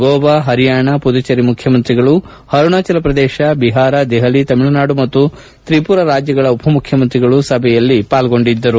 ಗೋವಾ ಪರಿಯಾಣ ಮದುಚೇರಿ ಮುಖ್ಯಮಂತ್ರಿಗಳು ಅರುಣಾಚಲ ಪ್ರದೇಶ ಬಿಹಾರ ದೆಹಲಿ ತಮಿಳುನಾಡು ಮತ್ತು ್ರಿಮರಾ ರಾಜ್ಜಗಳ ಉಪಮುಖ್ಯಮಂತ್ರಿಗಳು ಸಭೆಯಲ್ಲಿ ಪಾಲ್ಗೊಂಡಿದ್ದರು